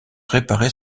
réparer